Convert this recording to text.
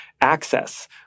access